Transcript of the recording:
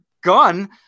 gun